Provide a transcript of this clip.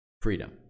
freedom